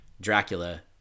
Dracula